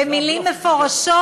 במילים מפורשות,